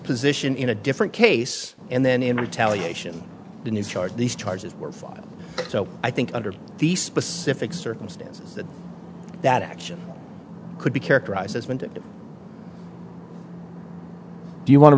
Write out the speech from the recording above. position in a different case and then in retaliation the new charge these charges were filed so i think under the specific circumstances that that action could be characterized as wanted to do you want to